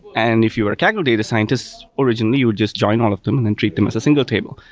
and if you are a technical data scientist originally, you would just join all of them and then treat them as a single table.